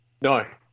No